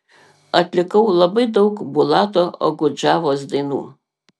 atlikau labai daug bulato okudžavos dainų